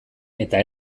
eta